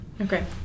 okay